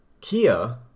Kia